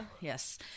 yes